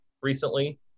recently